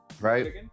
right